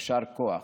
יישר כוח.